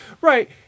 Right